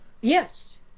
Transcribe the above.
Yes